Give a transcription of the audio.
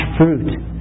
fruit